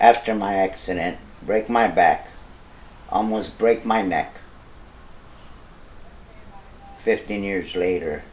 after my accident break my back almost break my neck fifteen years later